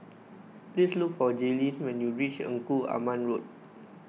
please look for Jailyn when you reach Engku Aman Road